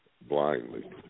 Blindly